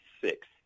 six